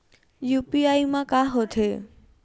UPI मा का होथे?